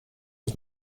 was